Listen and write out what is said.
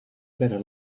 better